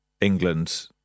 England